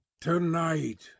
Tonight